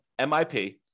MIP